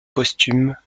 posthume